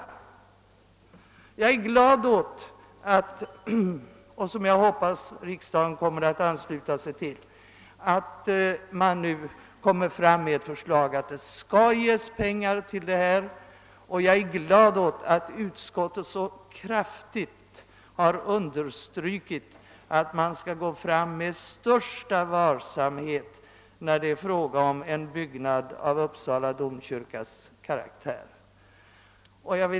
Jag är glad åt att utskottet föreslagit att det skall anslås pengar för Uppsala domkyrkas återställande. Jag hoppas att riksdagen ansluter sig till det förslaget. Jag är också glad åt att utskottet så kraftigt understryker att man bör gå fram med största varsamhet när det är fråga om en byggnad av Uppsala domkyrkas karaktär. Herr talman!